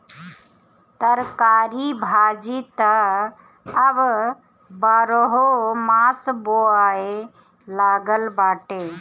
तरकारी भाजी त अब बारहोमास बोआए लागल बाटे